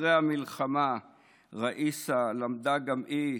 אחרי המלחמה ראיסה למדה גם היא,